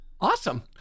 Awesome